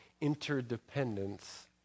interdependence